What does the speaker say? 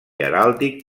heràldic